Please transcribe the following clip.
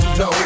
no